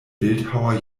bildhauer